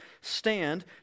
stand